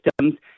systems